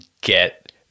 get